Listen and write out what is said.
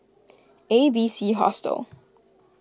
A B C Hostel